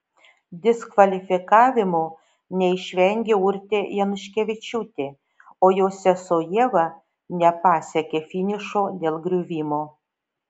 diskvalifikavimo neišvengė urtė januškevičiūtė o jos sesuo ieva nepasiekė finišo dėl griuvimo